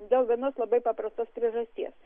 dėl vienos labai paprastos priežasties